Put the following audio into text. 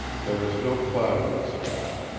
there was no cloud in the sky.